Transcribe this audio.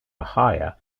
higher